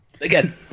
Again